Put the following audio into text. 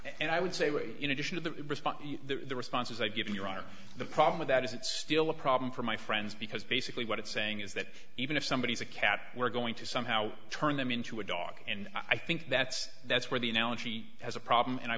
to the responses i give your honor the problem with that is it's still a problem for my friends because basically what it's saying is that even if somebody is a cat we're going to somehow turn them into a dog and i think that's that's where the analogy has a problem and i